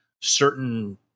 certain